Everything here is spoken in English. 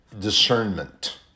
discernment